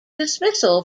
dismissal